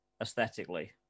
aesthetically